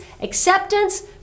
acceptance